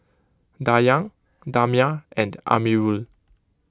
Dayang Damia and Amirul